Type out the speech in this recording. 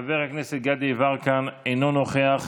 חבר הכנסת גדי יברקן, אינו נוכח,